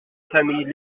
famille